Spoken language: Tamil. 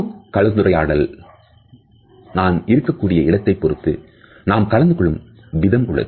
குழு கலந்துரையாடல் நான் இருக்கக்கூடிய இடத்தை பொறுத்து நாம் கலந்து கொள்ளும் விதம் உள்ளது